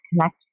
connect